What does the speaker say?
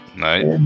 Right